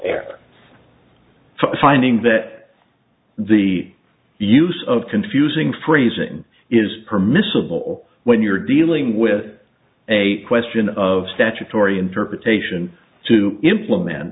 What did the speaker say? act finding that the use of confusing phrasing is permissible when you're dealing with a question of statutory interpretation to implement